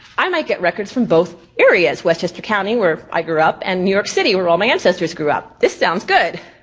i might get records from both areas, westchester county where i grew up and new york city where all my ancestors grew up. this sounds good.